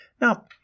Now